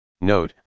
Note